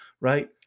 right